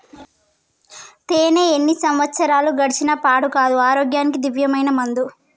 తేనే ఎన్ని సంవత్సరాలు గడిచిన పాడు కాదు, ఆరోగ్యానికి దివ్యమైన మందు